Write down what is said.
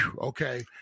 okay